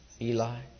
Eli